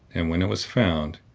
and when it was found,